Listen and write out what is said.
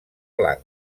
blanc